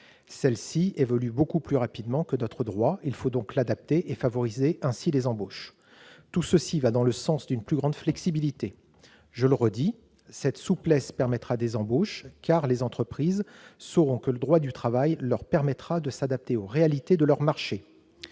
qui évoluent beaucoup plus rapidement que notre droit, de manière à favoriser les embauches. Toutes ces mesures vont dans le sens d'une plus grande flexibilité. Je répète que cette souplesse permettra des embauches, car les entreprises sauront que le droit du travail leur permet de s'adapter aux réalités de leur marché.